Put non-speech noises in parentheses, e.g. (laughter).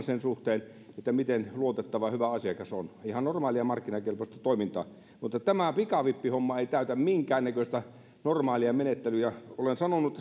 (unintelligible) sen suhteen miten miten luotettava ja hyvä asiakas on ihan normaalia markkinakelpoista toimintaa mutta tämä pikavippihomma ei täytä minkäännäköistä normaalia menettelyä olen sanonut (unintelligible)